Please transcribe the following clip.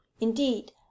indeed